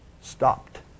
stopped